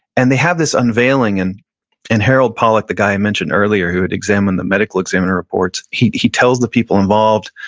and they have this unveiling and and harold pollack, the guy i mentioned earlier, who had examined the medical examiner reports, he he tells the people involved,